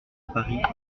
paris